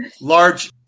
large